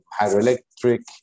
hydroelectric